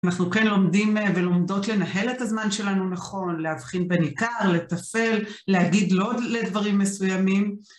אנחנו כן לומדים ולומדות לנהל את הזמן שלנו נכון, להבחין בין עיקר לטפל, להגיד לא דברים מסוימים.